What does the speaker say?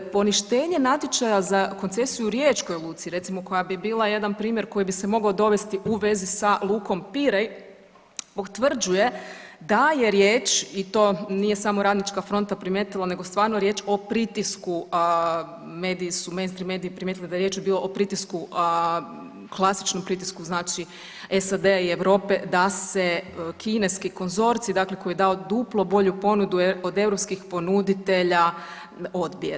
Poništenje natječaja za koncesiju u riječkoj luci recimo koja bi bila jedan primjer koji bi se mogao dovesti u vezi sa lukom Pirej potvrđuje da je riječ i to nije samo Radnička fronta primijetila nego stvarno riječ o pritisku mediji su mainstream mediji primijetili da je riječ bila pritisku, klasičnom pritisku SAD-a i Europe da se kineski konzorcij dakle koji je dao duplo bolju ponudu od europskih ponuditelja odbije.